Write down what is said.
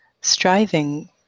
Striving